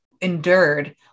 endured